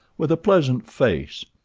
with a pleasant face,